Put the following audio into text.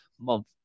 month